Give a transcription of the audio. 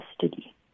custody